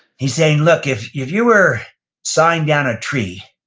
he's saying, look, if you were sawing down a tree